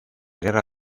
guerra